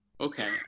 Okay